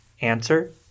Answer